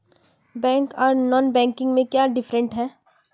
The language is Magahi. बैंक आर नॉन बैंकिंग में क्याँ डिफरेंस है?